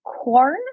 corn